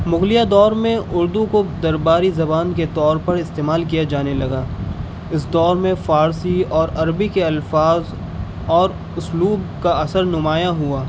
مغلیہ دور میں اردو کو درباری زبان کے طور پر استعمال کیا جانے لگا اس دور میں فارسی اور عربی کے الفاظ اور اسلوب کا اثر نمایاں ہوا